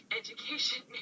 education